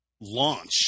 launch